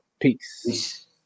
Peace